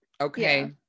Okay